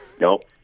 Nope